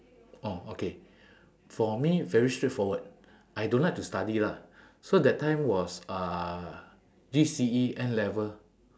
orh okay for me very straightforward I don't like to study lah so that time was uh G_C_E N-level